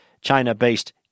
China-based